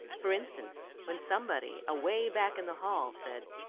for instance when somebody away back in the hall said,